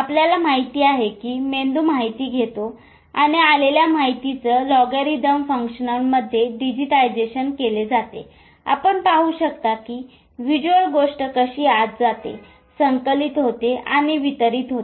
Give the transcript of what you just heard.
आपल्याला माहित आहे की मेंदू माहिती घेतो आणि आलेल्या माहितीच लॉगरिदमिक फंक्शनमध्ये डिजिटायझेशन केले जाते आपण पाहू शकता की व्हिज्युअल गोष्ट कशी आत जाते संकलित होते आणि वितरित होते